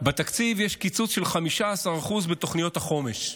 בתקציב יש קיצוץ של 15% בתוכניות החומש.